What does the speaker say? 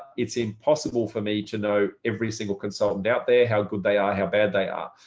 it's impossible for me to know every single consultant out there, how good they are, how bad they are.